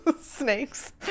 snakes